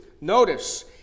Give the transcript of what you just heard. Notice